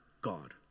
God